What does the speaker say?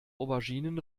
auberginen